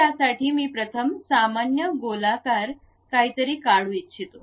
तर त्यासाठी मी प्रथम सामान्य गोलाकार काही तरी काढू इच्छितो